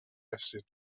acid